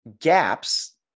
gaps